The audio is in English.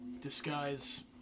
Disguise